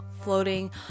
floating